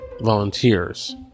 volunteers